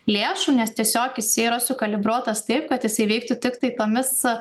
lėšų nes tiesiog jis yra sukalibruotas taip kad jis tai veiktų tiktai tomis